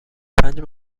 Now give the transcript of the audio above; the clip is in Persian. پنج